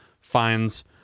finds